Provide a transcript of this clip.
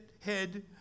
head